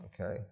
okay